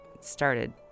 started